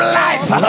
life